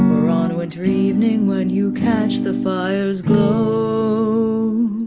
or on a wintry evening when you catch the fire's glow?